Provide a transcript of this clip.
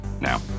now